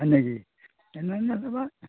হয় নেকি বা